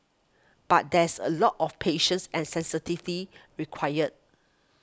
but there's a lot of patience and sensitivity required